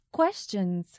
questions